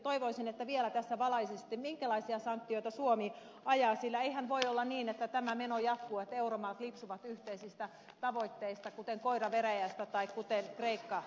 toivoisin että vielä tässä valaisisitte minkälaisia sanktioita suomi ajaa sillä eihän voi olla niin että tämä meno jatkuu että euromaat lipsuvat yhteisistä tavoitteista kuten koira veräjästä tai kuten kreikka totuudesta